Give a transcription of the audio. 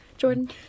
Jordan